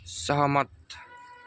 सहमत